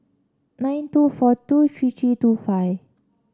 nine two four two three three two five